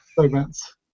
segments